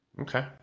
Okay